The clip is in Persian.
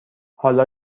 حالا